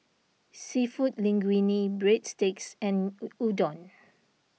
Seafood Linguine Breadsticks and Udon